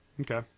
Okay